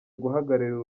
guhagararira